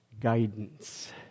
guidance